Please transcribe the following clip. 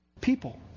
people